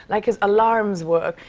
like his alarms work.